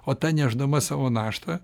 o ta nešdama savo naštą